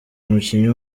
umukinnyi